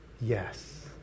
yes